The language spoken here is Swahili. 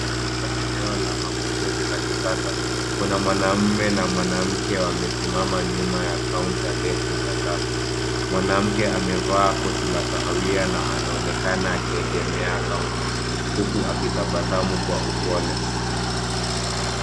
Katika eneo la mapokezi la kisasa, kuna mwanamme na mwanamke wamesimama nyuma ya counter ndefu na safi. Mwanamke amevaa koti la kahawia na anaonekana akiegemea counter huku akitabasamu kwa upole.